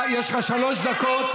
אדוני, אדוני, יש לך שלוש דקות.